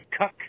cuck